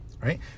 right